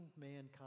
mankind